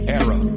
era